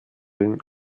den